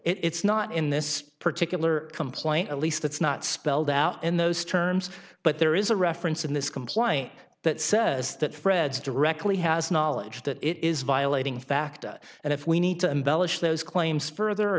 it's not in this particular complaint at least it's not spelled out in those terms but there is a reference in this complaint that says that fred directly has knowledge that it is violating fact and if we need to embellish those claims further a